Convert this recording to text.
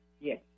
Yes